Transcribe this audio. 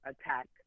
attack